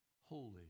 holy